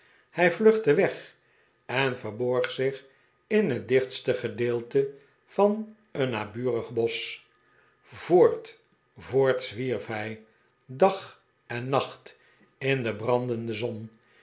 hij vluchtte weg en verborg zich in het dichtste gedeelte van een naburig bosch voort voort zwierf hij dag en nacht in de brandende zon